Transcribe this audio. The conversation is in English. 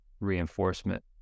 reinforcement